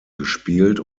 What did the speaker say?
gespielt